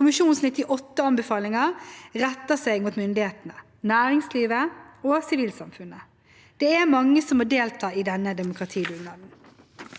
Kommisjonens 98 anbefalinger retter seg mot myndighetene, næringslivet og sivilsamfunnet. Det er mange som må delta i denne demokratidugnaden.